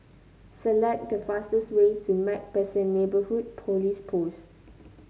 select the fastest way to MacPherson Neighbourhood Police Post